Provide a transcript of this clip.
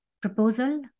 proposal